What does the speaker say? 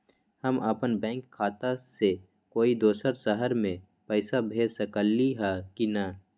हम अपन बैंक खाता से कोई दोसर शहर में पैसा भेज सकली ह की न?